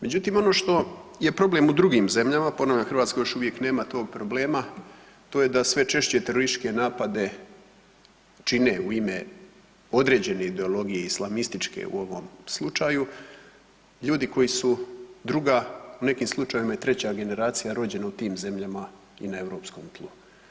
Međutim, ono što je problem u drugim zemljama, ponavljam, Hrvatskoj još uvijek nema tog problema, to je da sve češće terorističke napade čine u ime određene ideologije, islamističke u ovom slučaju, ljudi koji su druga, u nekim slučajevima, i treća generacija rođena u tim zemljama i na europskom tlu.